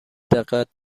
دقت